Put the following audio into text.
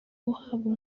guhabwa